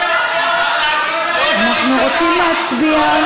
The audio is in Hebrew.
אנחנו רוצים להצביע,